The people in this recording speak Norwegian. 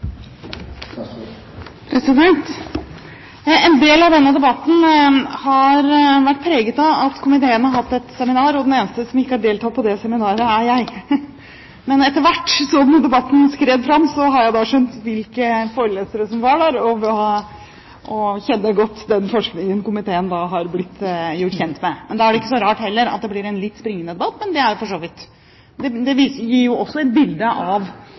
En del av denne debatten har vært preget av at komiteen har hatt et seminar – og den eneste som ikke har deltatt på det seminaret, er jeg. Men etter hvert som debatten skred fram, har jeg skjønt hvilke forelesere som var der, og jeg kjenner godt den forskningen komiteen har blitt gjort kjent med. Da er det heller ikke så rart at det blir en litt springende debatt, men det gir jo også et bilde av hva de ulike partiene vektlegger, og hvordan man tilnærmer seg skoledebatten. At representanten Aspaker blir sår på grunn av